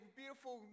beautiful